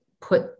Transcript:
put